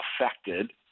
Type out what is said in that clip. affected